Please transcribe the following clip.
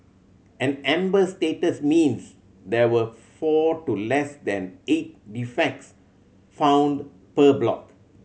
an amber status means there were four to less than eight defects found per block